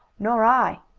nor i,